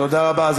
תודה רבה.